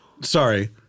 Sorry